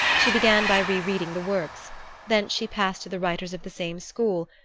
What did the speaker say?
she began by re-reading the works thence she passed to the writers of the same school,